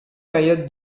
période